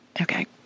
okay